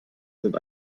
sind